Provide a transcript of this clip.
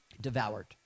Devoured